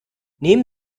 nehmen